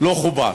לא חובר.